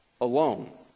alone